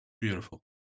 beautiful